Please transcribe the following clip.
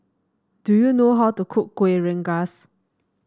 do you know how to cook Kueh Rengas